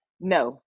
no